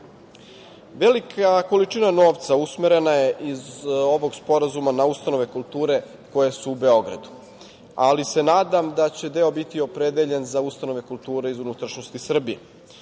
oblast. Velika količina novca usmerena je iz ovog sporazuma na ustanove kulture koje su u Beogradu, ali se nadam da će deo biti opredeljen za ustanove kulture iz unutrašnjosti Srbije. Želim